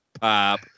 Pop